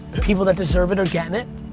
people that deserve it are getting it.